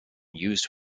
used